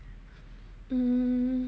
um